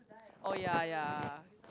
oh ya ya